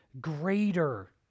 greater